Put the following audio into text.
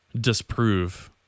disprove